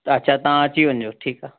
अच्छा तव्हां अची वञिजो ठीकु आहे